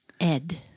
Ed